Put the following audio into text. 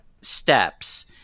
steps